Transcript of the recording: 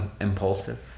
Impulsive